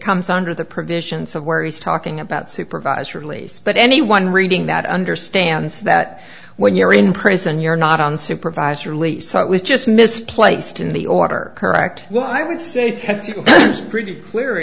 comes under the provisions of where he's talking about supervised release but anyone reading that understands that when you're in prison you're not on supervisor lisa it was just misplaced in the order her act well i would say pretty clear